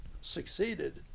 succeeded